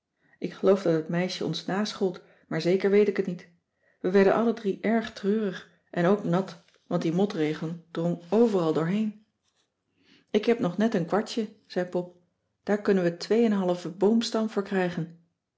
ik geloof dat het meisje ons naschold maar zeker weet ik het niet we werden alle drie erg treurig en ook nat want die motregen drong overal doorheen cissy van marxveldt de h b s tijd van joop ter heul ik heb nog net een kwartje zei pop daar kunnen we twee en een halven boomstam voor